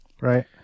Right